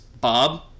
Bob